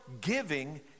giving